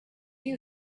you